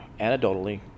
anecdotally